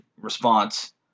response